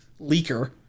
leaker